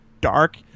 dark